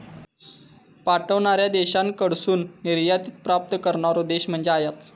पाठवणार्या देशाकडसून निर्यातीत प्राप्त करणारो देश म्हणजे आयात